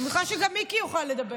אני מניחה שגם מיקי יוכל לדבר.